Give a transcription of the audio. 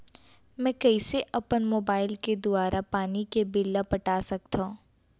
मैं कइसे अपन मोबाइल के दुवारा पानी के बिल ल पटा सकथव?